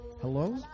Hello